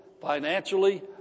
financially